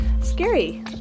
scary